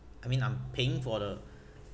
I mean I'm paying for the